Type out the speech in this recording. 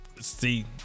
See